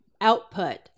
output